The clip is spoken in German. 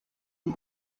die